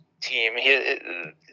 team